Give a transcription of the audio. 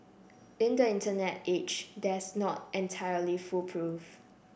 in the Internet age that's not entirely foolproof